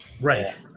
right